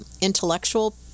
intellectual